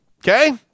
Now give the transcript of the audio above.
Okay